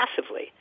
massively